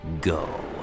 Go